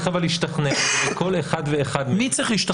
אבל צריך להשתכנע בכל אחד ואחד מהם --- מי צריך להשתכנע?